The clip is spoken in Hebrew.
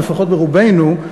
או לפחות ברובנו,